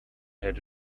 had